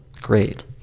Great